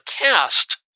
cast